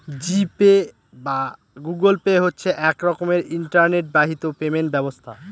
জি Pay বা Google Pay হচ্ছে এক রকমের ইন্টারনেট বাহিত পেমেন্ট ব্যবস্থা